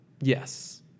Yes